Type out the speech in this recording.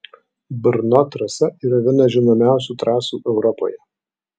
brno trasa yra viena žinomiausių trasų europoje